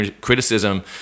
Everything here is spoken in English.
criticism